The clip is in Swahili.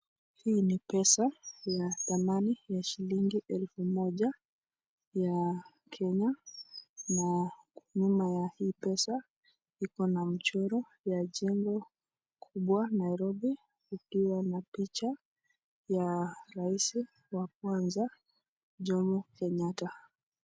Hii ni pesa ya zamani ya shilingi elfu moja ya Kenya na nyuma ya hii pesa iko na mchoro ya jengo kubwa Nairobi ikiwa na picha ya rais wa kwanza Jomo Kenyatta.